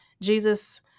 Jesus